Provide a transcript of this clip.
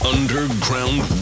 Underground